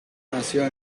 nació